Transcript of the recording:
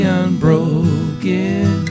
unbroken